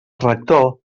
rector